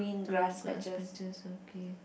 two grass patches okay